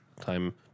time